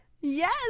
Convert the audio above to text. Yes